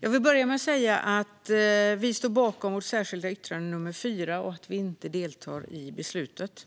Jag vill börja med att säga att Liberalerna står bakom vårt särskilda yttrande nummer 4 och att vi inte deltar i beslutet.